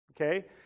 okay